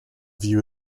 view